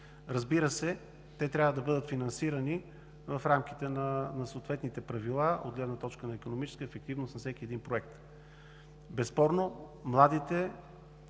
Разбира се, те трябва да бъдат финансирани в рамките на съответните правила от гледна точка на икономическата ефективност на всеки един проект. Безспорно, младите